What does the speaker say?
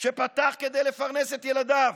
שפתח כדי לפרנס את ילדיו,